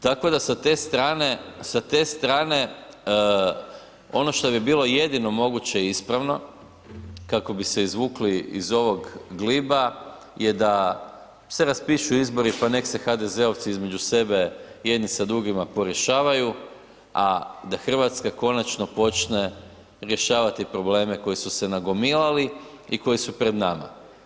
Tako da sa te strane, sa te strane ono što bi bilo jedino moguće ispravno kako bi se izvukli iz ovog gliba je da se raspišu izbori pa nek se HDZ-ovci između sebe jedni sa drugima porješavaju, a da Hrvatska konačno počne rješavati probleme koji su se nagomilali i koji su pred nama.